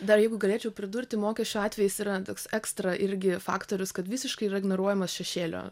dar jeigu galėčiau pridurti mokesčių atvejis yra toks ekstra irgi faktorius kad visiškai ignoruojamas šešėlio